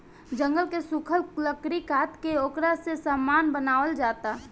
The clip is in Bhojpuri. जंगल के सुखल लकड़ी काट के ओकरा से सामान बनावल जाता